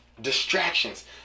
distractions